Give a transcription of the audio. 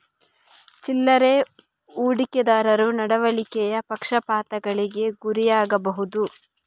ಚಿಲ್ಲರೆ ಹೂಡಿಕೆದಾರರು ನಡವಳಿಕೆಯ ಪಕ್ಷಪಾತಗಳಿಗೆ ಗುರಿಯಾಗಬಹುದು